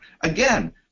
Again